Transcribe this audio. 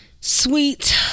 sweet